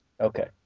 Okay